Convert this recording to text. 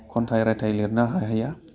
खनथाइ राइथाय लिरनो हाया